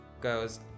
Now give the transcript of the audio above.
goes